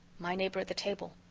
my neighbor at the table.